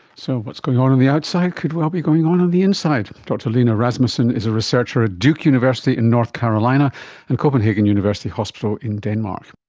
so, what's going on on the outside could well be going on on the inside! dr line rasmussen is a researcher at duke university in north carolina and copenhagen university hospital in denmark